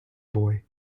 boy